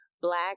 black